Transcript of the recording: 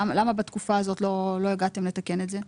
למה בתקופה הזו לא הגעתם לתקן את זה?